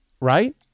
right